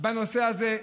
בנושא הזה,